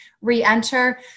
re-enter